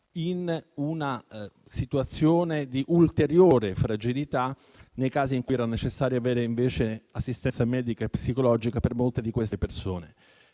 a una situazione di ulteriore fragilità, sebbene fosse necessario fornire invece assistenza medica e psicologica a molte di queste persone.